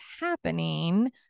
happening